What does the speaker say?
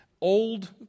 old